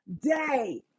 day